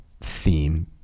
theme